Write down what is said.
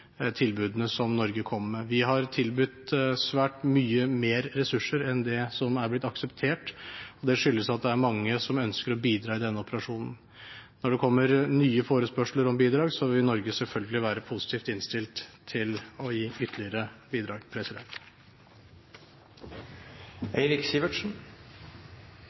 tilbudene som Norge kommer med. Vi har tilbudt svært mye mer ressurser enn det som er blitt akseptert, og det skyldes at det er mange som ønsker å bidra i denne operasjonen. Når det kommer nye forespørsler om bidrag, vil Norge selvfølgelig være positivt innstilt til å gi ytterligere bidrag.